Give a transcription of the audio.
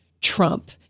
Trump